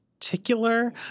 particular